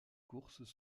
courses